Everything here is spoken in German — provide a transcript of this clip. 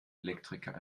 elektriker